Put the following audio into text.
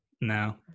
no